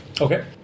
Okay